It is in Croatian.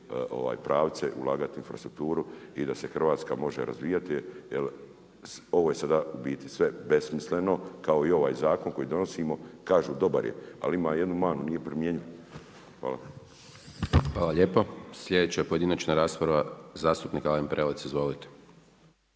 pravce, ulagati u infrastrukturu i da se Hrvatska može razvijati jer ovo je sada u biti sve besmisleno kao i ovaj zakon koji donosimo. Kažu dobar je, ali ima jednu manu, nije primjenjiv. Hvala. **Hajdaš Dončić, Siniša (SDP)** Hvala lijepo. Sljedeća pojedinačna rasprava zastupnik Alen Prelec. Izvolite.